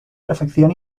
perfección